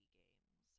games